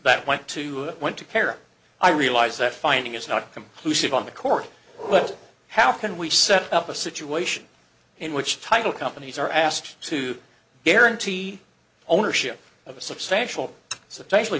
that went to it went to kara i realize that finding is not completely on the court but how can we set up a situation in which title companies are asked to guarantee ownership of a substantial substantially